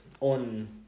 on